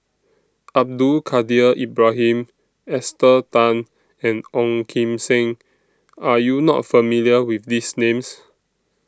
Abdul Kadir Ibrahim Esther Tan and Ong Kim Seng Are YOU not familiar with These Names